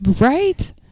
Right